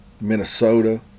Minnesota